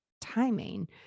timing